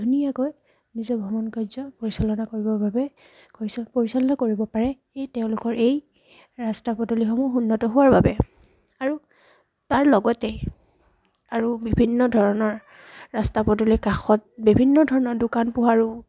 ধুনীয়াকৈ নিজৰ ভ্ৰমণ কাৰ্য পৰিচালনা কৰিবৰ বাবে কৰি পৰিচালনা কৰিব পাৰে সেয়ে তেওঁলোকৰ এই ৰাস্তা পদূলিসমূহ উন্নত হোৱাৰ বাবে আৰু তাৰ লগতে আৰু বিভিন্ন ধৰণৰ ৰাস্তা পদূলিৰ কাষত বিভিন্ন ধৰণৰ দোকান পোহাৰো